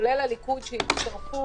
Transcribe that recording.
כולל מהליכוד שהצטרפו,